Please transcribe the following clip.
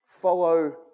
Follow